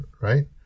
Right